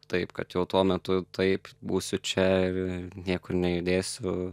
taip kad jau tuo metu taip būsiu čia ir niekur nejudėsiu